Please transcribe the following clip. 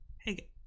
hey